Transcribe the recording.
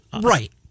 Right